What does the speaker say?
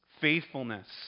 Faithfulness